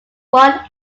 one